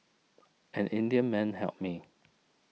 an Indian man helped me